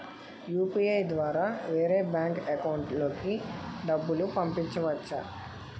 UPI ద్వారా వేరే bank account లోకి డబ్బులు పంపించవచ్చా?